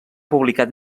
publicat